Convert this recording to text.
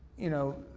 you know,